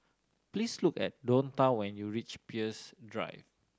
please look for at Donta when you reach Peirce Drive